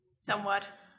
somewhat